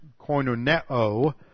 koinoneo